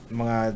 mga